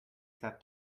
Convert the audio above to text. sat